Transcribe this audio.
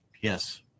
Yes